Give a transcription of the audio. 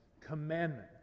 commandment